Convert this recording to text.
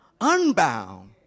unbound